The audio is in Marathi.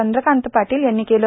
चंद्रकांत पाटील यांनी केलं